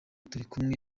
turikumwe